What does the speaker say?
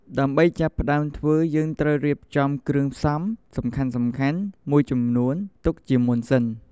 ដើម្បីចាប់ផ្ដើមធ្វើ យើងត្រូវរៀបចំគ្រឿងផ្សំសំខាន់ៗមួយចំនួនទុកជាមុនសិន។